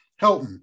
Helton